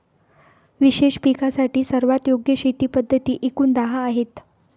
विशेष पिकांसाठी सर्वात योग्य शेती पद्धती एकूण दहा आहेत